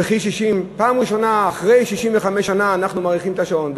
וכי פעם ראשונה אחרי 65 שנה אנחנו מאריכים את השעון?